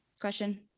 question